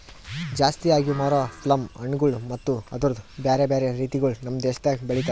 ಜಾಸ್ತಿ ಆಗಿ ಮಾರೋ ಪ್ಲಮ್ ಹಣ್ಣುಗೊಳ್ ಮತ್ತ ಅದುರ್ದು ಬ್ಯಾರೆ ಬ್ಯಾರೆ ರೀತಿಗೊಳ್ ನಮ್ ದೇಶದಾಗ್ ಬೆಳಿತಾರ್